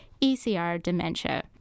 ECRDementia